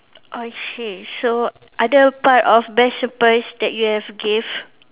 I see so other part of best surprise that you have gave